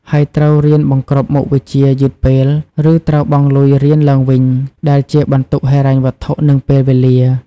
ហើយត្រូវរៀនបង្រ្គប់មុខវិជ្ជាយឺតពេល ឬត្រូវបង់លុយរៀនឡើងវិញ ដែលជាបន្ទុកហិរញ្ញវត្ថុ និងពេលវេលា។